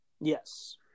Yes